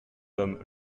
homme